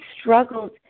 struggled